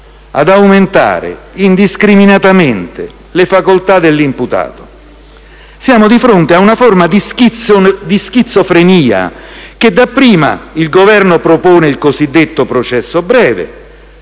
Siamo di fronte a una forma di schizofrenia, perché dapprima il Governo propone il cosiddetto processo breve,